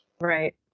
Right